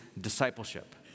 discipleship